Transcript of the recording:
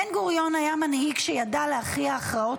בן-גוריון היה מנהיג שידע להכריע הכרעות